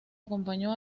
acompañó